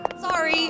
Sorry